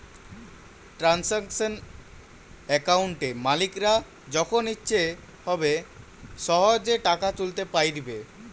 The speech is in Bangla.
ট্রানসাকশান অ্যাকাউন্টে মালিকরা যখন ইচ্ছে হবে সহেজে টাকা তুলতে পাইরবে